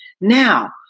Now